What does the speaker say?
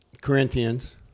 Corinthians